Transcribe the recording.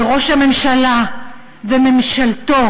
וראש הממשלה וממשלתו,